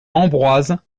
ambroise